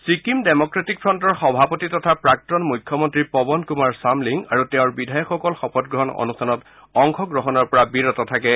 Sikkim democratic ফণ্টৰ সভাপতি তথা প্ৰাক্তন মুখ্যমন্ত্ৰী পৱন কুমাৰ চামলিং আৰু তেওঁৰ বিধায়কসকল শপত গ্ৰহণ অনুষ্ঠানত অংশগ্ৰহণৰ পৰা বিৰত থাকে